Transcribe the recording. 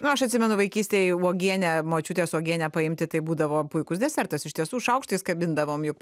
na aš atsimenu vaikystėje uogienę močiutės uogienę paimti tai būdavo puikus desertas iš tiesų šaukštais kabindavom juk